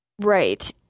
Right